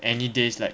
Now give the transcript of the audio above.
any days like